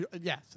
Yes